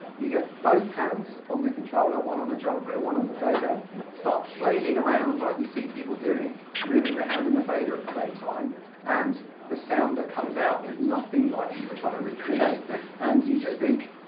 you get both hands on the controller, one on a jogwheel, one on the fader, start flailing around like you see people doing, moving their hand on the fader at the same time and the sound that comes out is nothing like you you were trying to recreate and you just think,